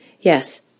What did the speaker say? yes